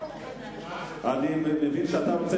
אני מודיע לכם, שלא יהיו אי-הבנות.